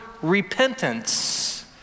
repentance